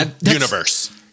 universe